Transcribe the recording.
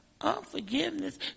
unforgiveness